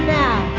now